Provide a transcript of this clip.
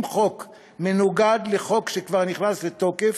חוק שמנוגד לחוק שכבר נכנס לתוקף,